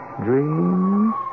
dreams